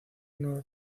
nueva